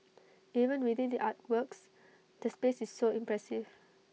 even without the artworks the space is so impressive